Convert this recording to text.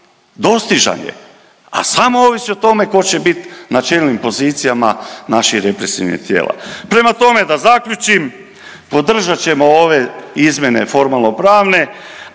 dostižan je, a samo ovisi o tome tko će bit na čelnim pozicijama naših represivnih tijela. Prema tome, da zaključim podržat ćemo ove izmjene formalno-pravne,